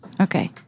Okay